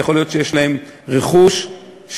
יכול להיות שיש להם רכוש מוחבא.